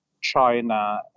China